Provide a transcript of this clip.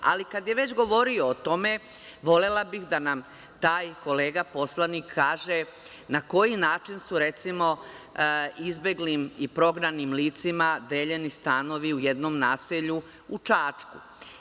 Ali, kada je već govorio o tome, volela bih da nam taj kolega poslanik kaže na koji način su, recimo, izbeglim i prognanim licima deljeni stanovi u jednom naselju u Čačku?